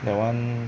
that one